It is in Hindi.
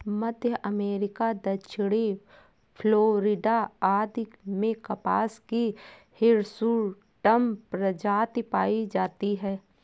मध्य अमेरिका, दक्षिणी फ्लोरिडा आदि में कपास की हिर्सुटम प्रजाति पाई जाती है